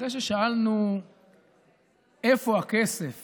אחרי ששאלנו איפה הכסף